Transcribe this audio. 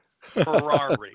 Ferrari